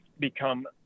become